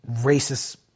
racist